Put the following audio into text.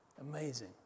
amazing